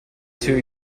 two